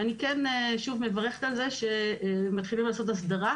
שוב, אני מברכת על זה שמתחילים לעשות הסדרה.